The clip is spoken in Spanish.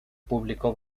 publicó